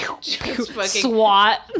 Swat